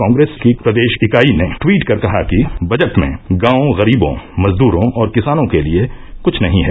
कांग्रेस की प्रदेश इकाई ने ट्वीट कर कहा कि बजट में गांवों गरीबों मजदूरों और किसानों के लिए कुछ नहीं है